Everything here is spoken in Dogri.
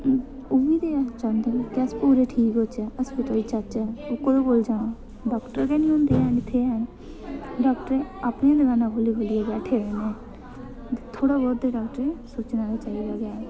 उब्भी ते हैन कि अस तौले ठीक होचै अस कोह्दे कोल जाना डाक्टर गै निं होंदे उत्थै गै न जित्थै हे डाक्टरें अपनियां दकानां खोह्लियै बैठे दे न थोह्ड़ा बहुत ते डाक्टरें सोचना गै चाहिदा